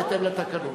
בהתאם לתקנון.